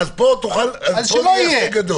אז שלא יהיה,